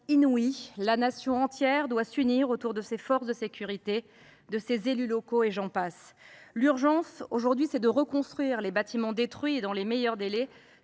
inouïe, la Nation entière doit s’unir autour de ses forces de sécurité, de ses élus locaux, et j’en passe. L’urgence aujourd’hui, c’est de reconstruire les bâtiments détruits, dans les meilleurs délais.